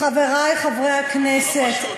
חברי חברי הכנסת,